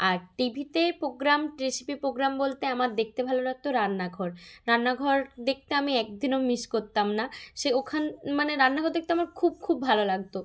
আর টিভিতে programme recipe programme বলতে আমার দেখতে ভালো লাগত রান্নাঘর রান্নাঘর দেখতে আমি একদিনও মিস করতাম না সে ওখান মানে রান্নাঘর দেখতে আমার খুব খুব ভালো লাগত